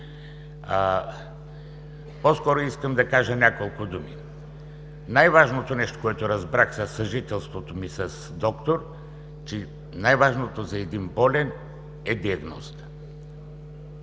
По-скоро искам да кажа няколко думи: най-важното нещо, което разбрах със съжителството ми с доктор, е, че за един болен най-важното